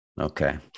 Okay